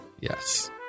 Yes